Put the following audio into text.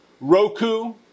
Roku